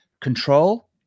control